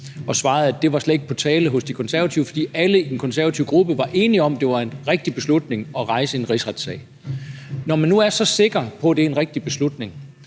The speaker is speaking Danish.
Støjberg, at det slet ikke var på tale hos De Konservative, fordi alle i den konservative gruppe var enige om, at det var en rigtig beslutning at rejse en rigsretssag. Når man nu er så sikker på, at det er en rigtig beslutning,